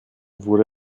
wurde